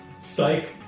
psych